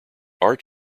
art